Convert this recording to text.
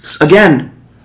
again